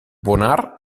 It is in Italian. bonard